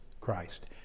Christ